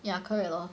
ya correct lor